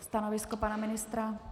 Stanovisko pana ministra?